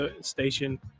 station